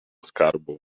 skarbu